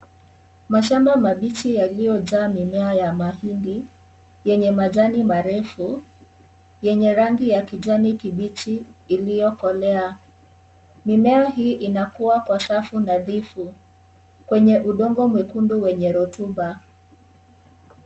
Mashamba mabichi yaliyojaa mimea ya mahindi yenye majani marefu, yenye rangi ya kijani kibichi iliyokolea. Mimea hii inakuwa kwa safu nadhifu kwenye udongo mwekundu wenye rutuba.